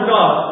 God